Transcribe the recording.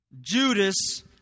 Judas